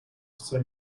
say